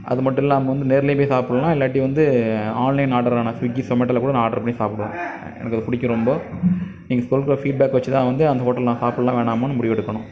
அது மட்டும் இல்லாமல் வந்து நேரிலே போய் சாப்பிட்லாம் இல்லாட்டி வந்து ஆன்லைன் ஆர்டரான ஸ்விக்கி ஸொமேட்டோவில் கூட நான் ஆர்ட்ரு பண்ணி சாப்பிடுவேன் எனக்கு அது பிடிக்கும் ரொம்ப நீங்கள் சொல்கிற ஃபீட்பேக் வெச்சு தான் வந்து அந்த ஹோட்டலில் நான் சாப்பிட்லாமா வேணாமான்னு முடிவெடுக்கணும்